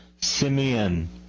Simeon